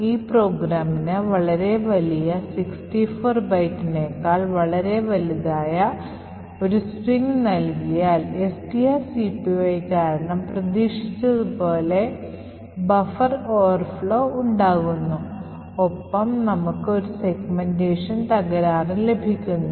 ഈ പ്രോഗ്രാമിന് വളരെ വലിയ 64 ബൈറ്റുകളേക്കാൾ വളരെ വലുതായ ഒരു സ്ട്രിംഗ് നൽകിയാൽ strcpy കാരണം പ്രതീക്ഷിച്ച പോലെ ബഫർ overflow ഉണ്ടാകുന്നു ഒപ്പം നമുക്ക് ഒരു സെഗ്മെന്റേഷൻ തകരാറും ലഭിക്കുന്നു